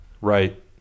Right